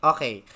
Okay